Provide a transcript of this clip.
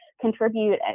contribute